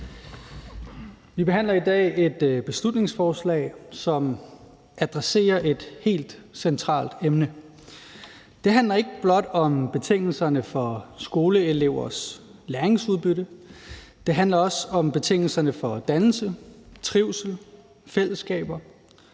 Vi behandler i dag et beslutningsforslag, som adresserer et helt centralt emne. Det handler ikke blot om betingelserne for skoleelevers læringsudbytte; det handler også om betingelserne for dannelse, trivsel og fællesskaber.